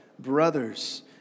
Brothers